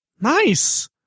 Nice